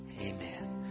Amen